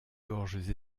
gorges